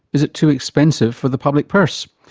is it too expensive for the public purse?